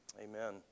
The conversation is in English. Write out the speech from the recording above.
Amen